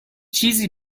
چیزی